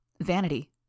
Vanity